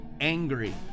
angry